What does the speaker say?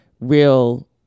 real